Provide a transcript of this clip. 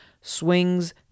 swings